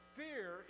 fear